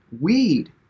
weed